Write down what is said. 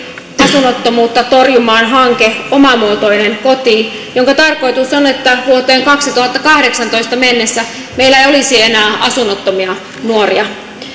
asunnottomuutta torjumaan hanke oman muotoinen koti jonka tarkoitus on että vuoteen kaksituhattakahdeksantoista mennessä meillä ei olisi enää asunnottomia nuoria